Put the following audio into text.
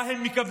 מה הם מקבלים,